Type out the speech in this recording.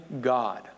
God